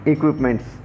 Equipments